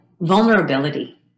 Vulnerability